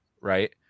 right